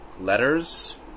Letters